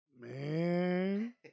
Man